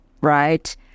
right